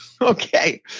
Okay